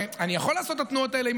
הרי אני יכול לעשות את התנועות האלה.